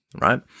right